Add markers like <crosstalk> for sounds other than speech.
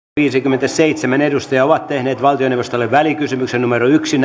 viisikymmentäseitsemän muuta edustajaa ovat tehneet valtioneuvostolle välikysymyksen yksi <unintelligible>